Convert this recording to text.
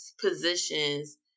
positions